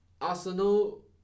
Arsenal